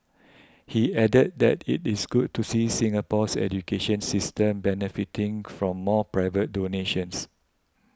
he added that it is good to see Singapore's education system benefiting from more private donations